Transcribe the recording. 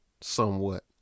somewhat